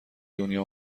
دنیا